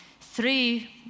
three